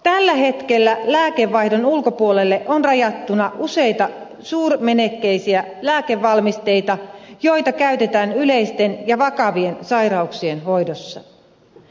tällä hetkellä lääkevaihdon ulkopuolelle on rajattuna useita suurimenekkisiä lääkevalmisteita joita käytetään yleisten ja vakavien sairauksien hoidossa